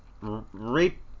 rape